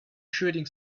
shooting